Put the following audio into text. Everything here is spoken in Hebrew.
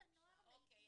חסות הנוער --- אוקיי,